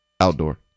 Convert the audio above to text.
Outdoor